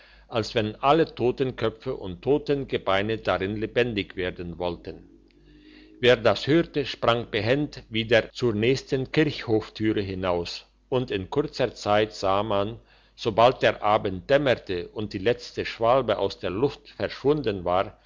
als wenn alle totenköpfe und totengebeine darin lebendig werden wollten wer das hörte sprang bebend wieder zur nächsten kirchhoftüre hinaus und in kurzer zeit sah man sobald der abend dämmerte und die letzte schwalbe aus der luft verschwunden war